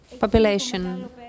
population